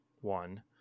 One